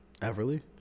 Everly